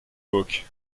book